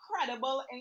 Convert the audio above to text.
incredible